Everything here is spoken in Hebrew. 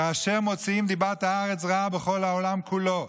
כאשר מוציאים דיבת הארץ רעה בכל העולם כולו,